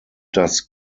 das